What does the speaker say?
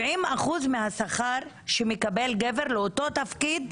70 אחוזים מהשכר שמקבל גבר באותו תפקיד,